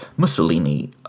Mussolini